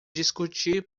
discutir